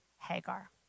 Hagar